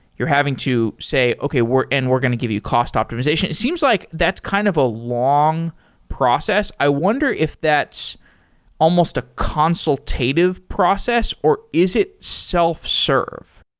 you're having to say, okay. we're and we're going to give you cost optimization. it seems like that's kind of a long process. i wonder if that's almost a consultative process, or is it self-serve?